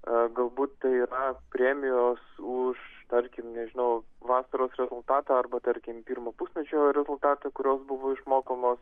a galbūt yra premijos už tarkim nežinau vasaros rezultatą arba tarkim pirmo pusmečio rezultatą kurios buvo išmokamos